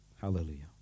Hallelujah